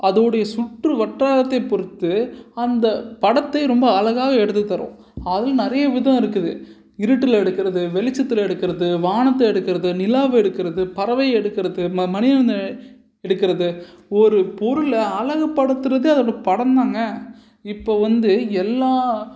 அதோடைய சுற்றுவட்டாரத்தை பொறுத்து அந்த படத்தை ரொம்ப அழகாக எடுத்து தரும் அதுவும் நிறைய விதம் இருக்குது இருட்டில் எடுக்கிறது வெளிச்சத்தில் எடுக்கிறது வானத்தை எடுக்கிறது நிலாவை எடுக்கிறது பறவையை எடுக்கிறது ம மனிதனை எடுக்கிறது ஒரு பொருளை அழகுப்படுத்துகிறது அந்த படந்தாங்க இப்போது வந்து எல்லா